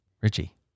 richie